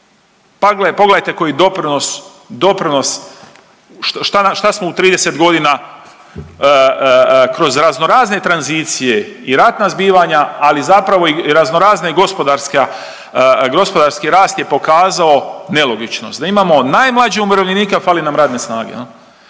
Pa pogledajte koji doprinos, šta smo u 30 godina kroz razno razne tranzicije i ratna zbivanja, ali zapravo i raznorazne gospodarski rast je pokazao nelogičnost, da imamo najmlađe umirovljenike, a fali nam radne snage.